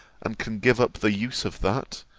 and can give up the use of that,